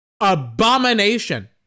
abomination